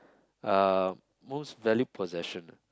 uh most valued possession ah